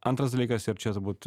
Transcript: antras dalykas ir čia turbūt